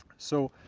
so,